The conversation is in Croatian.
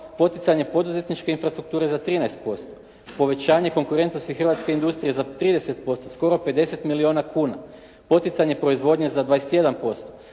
poticanje poduzetničke infrastrukture za 13%, povećanje konkurentnosti hrvatske industrije za 30%, skoro 50 milijuna kuna. Poticanje proizvodnje za 21%.